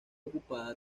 ocupada